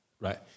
Right